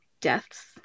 deaths